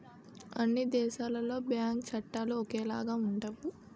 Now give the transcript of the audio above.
అన్ని దేశాలలో బ్యాంకు చట్టాలు ఒకేలాగా ఉండవు